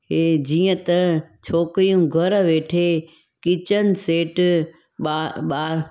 ए जीअं त छोकिरियूं घर वेठे किचन सेट ॿा ॿा